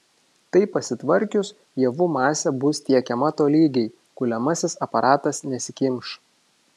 tai pasitvarkius javų masė bus tiekiama tolygiai kuliamasis aparatas nesikimš